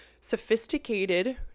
sophisticated